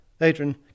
adrian